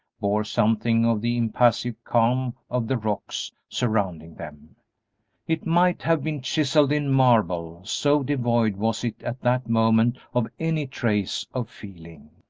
bore something of the impassive calm of the rocks surrounding them it might have been chiselled in marble, so devoid was it at that moment of any trace of feeling.